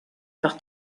par